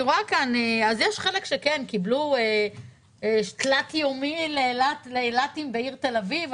אז יש חלק שקיבלו תלת-יומי לאילתים בעיר תל אביב,